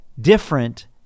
different